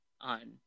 on